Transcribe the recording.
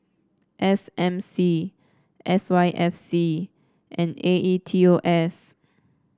S M C S Y F C and A E T O S